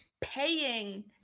paying –